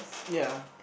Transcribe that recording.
ya